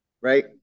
Right